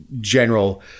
general